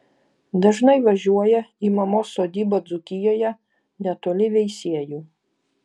dažnai važiuoja į mamos sodybą dzūkijoje netoli veisiejų